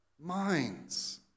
minds